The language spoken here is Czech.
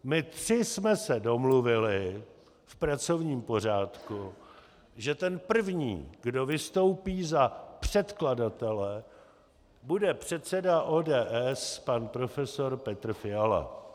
My tři jsme se domluvili v pracovním pořádku, že ten první, kdo vystoupí za předkladatele, bude předseda ODS pan profesor Petr Fiala.